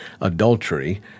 adultery